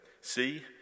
See